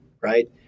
right